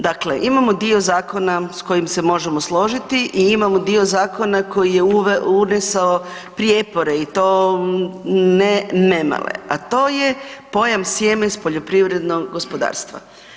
Dakle, imamo dio zakona s kojim se možemo složiti i imamo dio zakona koji je unesao prijepore i to ne nemale, a to je pojam „sjeme s poljoprivrednog gospodarstva“